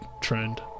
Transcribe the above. trend